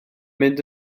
mynd